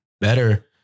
better